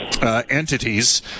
Entities